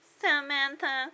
Samantha